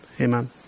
amen